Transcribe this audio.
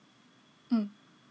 mm